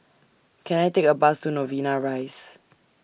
Can I Take A Bus to Novena Rise